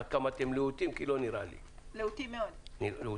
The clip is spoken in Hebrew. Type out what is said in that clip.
להוטים מאד.